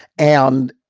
and,